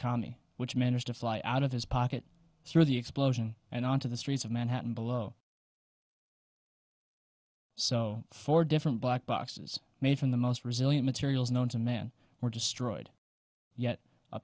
commie which managed to fly out of his pocket through the explosion and onto the streets of manhattan below so four different black boxes made from the most resilient materials known to man were destroyed yet a